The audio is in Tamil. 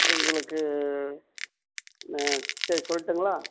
எங்களுக்கு சரி சொல்லட்டுங்களா